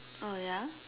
oh ya